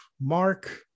mark